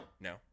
No